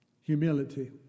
Humility